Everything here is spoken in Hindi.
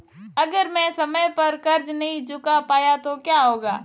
अगर मैं समय पर कर्ज़ नहीं चुका पाया तो क्या होगा?